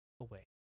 away